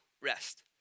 rest